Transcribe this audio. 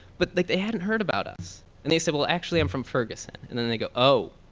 but like they hadn't heard about us and they said, well, actually i'm from ferguson. and then they go, oh,